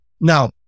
Now